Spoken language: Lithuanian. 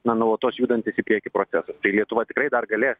na nuolatos judantis į priekį procesas tai lietuva tikrai dar galės